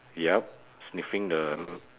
yup sniffing the